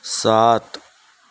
سات